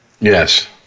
Yes